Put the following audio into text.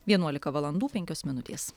vienuolika valandų penkios minutės